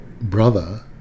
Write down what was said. brother